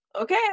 okay